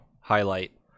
highlight